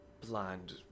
blind